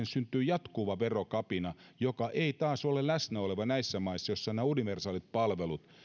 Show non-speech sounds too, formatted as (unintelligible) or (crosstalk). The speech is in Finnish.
(unintelligible) syntyy jatkuva verokapina joka ei taas ole läsnä oleva maissa joissa on nämä universaalit palvelut